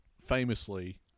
Famously